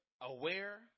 Aware